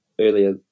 earlier